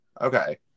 Okay